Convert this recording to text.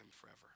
forever